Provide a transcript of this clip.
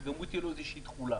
וגם הוא תהיה לו איזושהי תחולה,